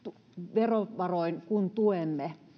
verovaroin tuemme